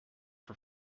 for